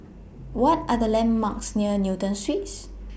What Are The landmarks near Newton Suites